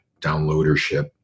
downloadership